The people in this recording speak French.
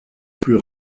plus